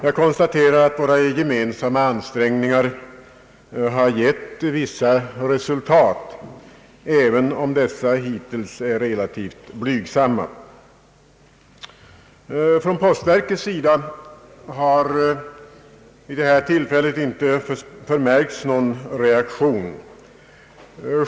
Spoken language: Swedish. Jag konstaterar att våra gemensamma ansträngningar har gett vissa resultat, även om dessa hittills varit relativt blygsamma. Från postverkets sida har den här gången inte förmärkts någon reaktion.